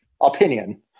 opinion